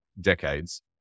decades